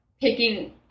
picking